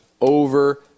over